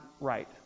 right